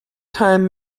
time